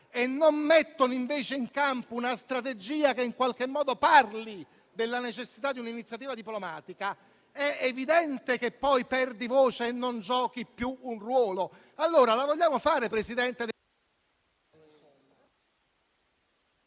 e non mettono invece in campo una strategia che parli in qualche modo della necessità di un'iniziativa diplomatica, è evidente che poi perdi voce e non giochi più un ruolo. Allora la vogliamo fare, Presidente...